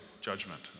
judgment